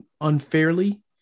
unfairly